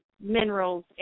minerals